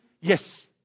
Yes